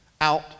Out